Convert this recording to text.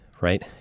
Right